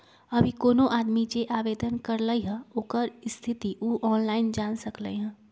अभी कोनो आदमी जे आवेदन करलई ह ओकर स्थिति उ ऑनलाइन जान सकलई ह